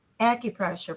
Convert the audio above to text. acupressure